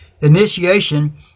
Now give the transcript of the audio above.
Initiation